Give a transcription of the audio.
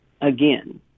again